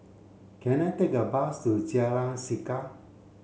can I take a bus to Jalan Chegar